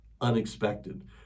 unexpected